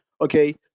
Okay